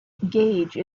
gage